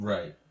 Right